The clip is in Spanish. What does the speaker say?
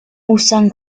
usan